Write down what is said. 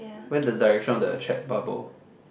where the direction of the chat bubble